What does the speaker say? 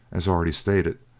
as already stated,